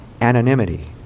Anonymity